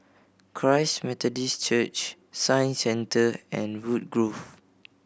Christ Methodist Church Science Centre and Woodgrove